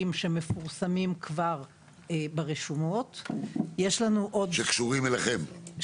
שכבר מפורסמים ברשומות -- שקשורים אליכם,